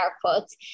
quotes